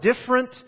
different